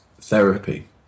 therapy